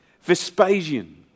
Vespasian